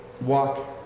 walk